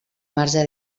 marge